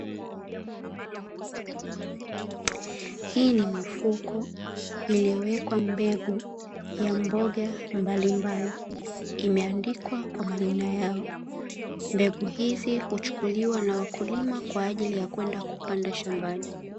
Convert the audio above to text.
Hii ni mifuko iliyowekwa mbegu ya mboga mbalimbali imeandikwa kwa majina yao, mbegu hizi huchukuliwa na wakulima kwa ajili ya kwenda kupanda shambani.